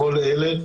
כל אלה,